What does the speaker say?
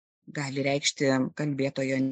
gali reikšti kalbėtojo